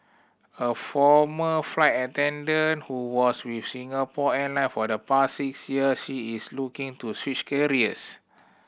a former flight attendant who was with Singapore Airline for the past six years she is looking to switch careers